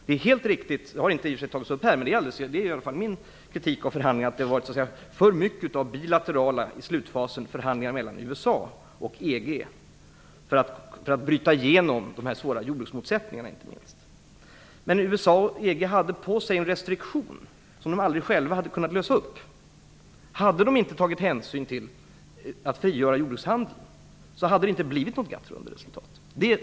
Min kritik mot förhandlingarna var att det i slutfasen varit för mycket av bilaterala förhandlingar mellan USA och EG, inte minst för att bryta igenom de svåra motsättningarna när det gäller jordbruket. Men USA och EG hade en restriktion, som de inte själva kunde lösa upp. Om de inte tagit hänsyn till att frigöra jordbrukshandeln, hade det inte blivit något resultat av GATT-rundan.